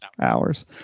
hours